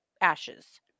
ashes